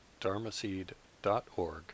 dharmaseed.org